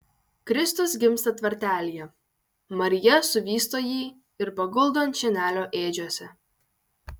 kristus gimsta tvartelyje marija suvysto jį ir paguldo ant šienelio ėdžiose